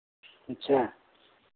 अच्छा